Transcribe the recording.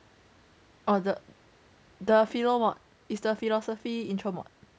orh the philo mod